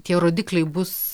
tie rodikliai bus